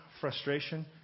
frustration